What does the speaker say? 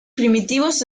primitivos